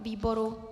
Výboru?